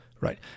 right